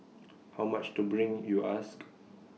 how much to bring you ask